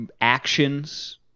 actions